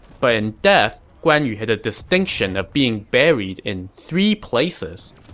but in death, guan yu had the distinction of being buried in three places.